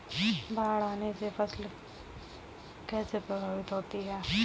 बाढ़ आने से फसल कैसे प्रभावित होगी?